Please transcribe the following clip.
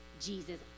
Jesus